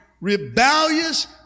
rebellious